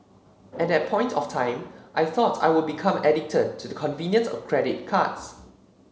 at that point of time I thought I would become addicted to the convenience of credit cards